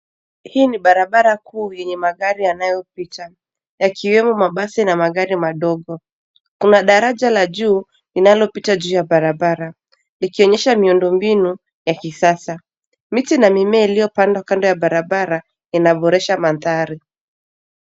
Hii ni barabara kuu, yenye magari yanayopita, yakiwemo mabasi na magari madogo. Kuna daraja la juu linalopita juu ya barabara, likionyesha miundombinu ya kisasa. Miti na mimea iliyopandwa kando ya barabara, inaboresha mandhari.